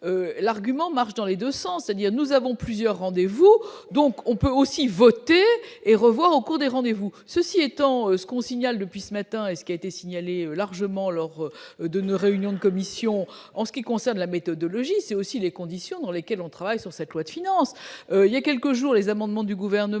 argument marche dans les 2 sens, c'est-à-dire nous avons plusieurs rendez-vous, donc on peut aussi voter et revoit en des rendez-vous, ceci étant, ce qu'on signale depuis ce matin et ce qui a été signalé largement leur donne réunions de commission en ce qui concerne la méthodologie, c'est aussi les conditions dans lesquelles on travaille sur cette loi de finances il y a quelques jours, les amendements du gouvernement,